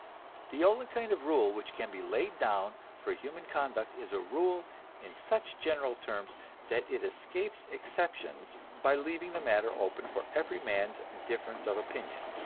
the only kind of rule which can be laid down for human conduct is a rule in such general terms that it escapes exceptions by leaving the matter open for every man's difference of opinion.